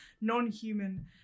non-human